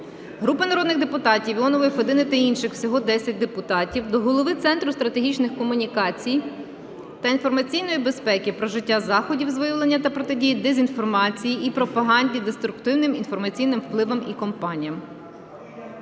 Групи народних депутатів (Іонової, Федини та інших. Всього 10 депутатів) до голови Центру стратегічних комунікацій та інформаційної безпеки про вжиття заходів з виявлення та протидії дезінформації і пропаганді, деструктивним інформаційним впливам і кампаніям.